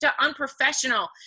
unprofessional